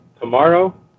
tomorrow